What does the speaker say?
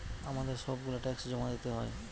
আমাদের সব গুলা ট্যাক্স জমা দিতে হয়